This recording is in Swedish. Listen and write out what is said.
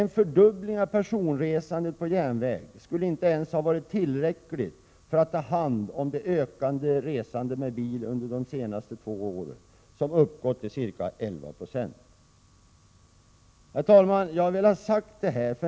En fördubbling av personresandet på järnväg skulle inte ens ha varit tillräcklig för att ta hand om det ökade resandet med bil under de två senaste åren, som uppgår till ca 11 2. Herr talman! Jag har velat säga detta.